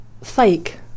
fake